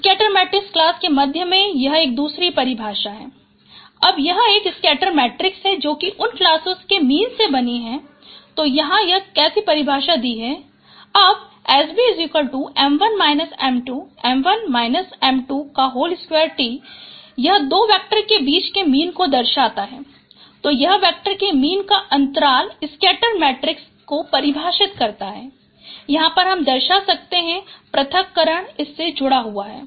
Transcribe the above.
scatter matrix class के मध्य यह एक दूसरी परिभाषा है अब यह एक स्कैटर मैट्रिक्स है जो कि उन क्लासेस के मीन से बनी है तो यहाँ यह कैसी परिभाषा दी गयी है तो अब SB T यह दो वेक्टर के बीच के मीन को दर्शाता है तो यह वेक्टर के मीन का अन्तराल स्कैटर मैट्रिक्स को परिभाषित करता है और यहाँ पर हम दर्शा सकते हैं कि पृथक्करण इससे जुड़ा हुआ है